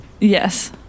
Yes